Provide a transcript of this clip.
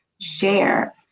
Share